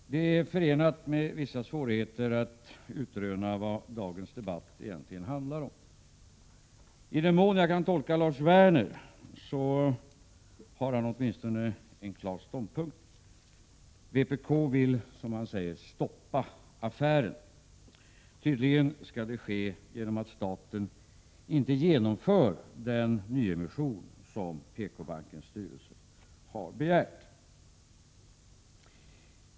Herr talman! Det är förenat med vissa svårigheter att utröna vad dagens debatt egentligen handlar om. I den mån jag kan tolka Lars Werner, har han åtminstone en klar ståndpunkt. Vpk vill, som han säger, stoppa affären. Tydligen skall det ske genom att staten inte genomför den nyemission som PKbankens styrelse har begärt.